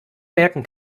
merken